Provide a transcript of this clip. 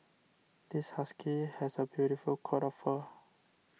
this husky has a beautiful coat of fur